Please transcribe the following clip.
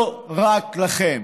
לא רק לכם.